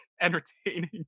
entertaining